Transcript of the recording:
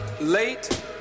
late